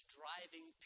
driving